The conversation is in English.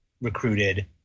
recruited